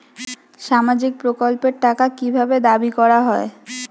সামাজিক প্রকল্পের টাকা কি ভাবে দাবি করা হয়?